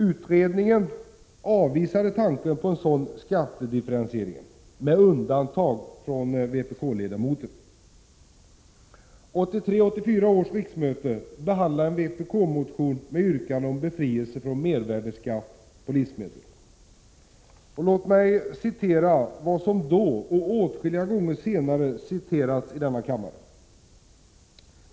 Utredningen — med undantag av vpk-ledamoten — avvisade tanken på en sådan skattedifferentiering. Utskottet behandlade vid 1983/84 års riksmöte en vpk-motion med yrkande om befrielse från mervärdeskatt på livsmedel. Låt mig citera vad som då sades och som därefter åtskilliga gånger har citerats i denna kammare.